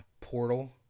portal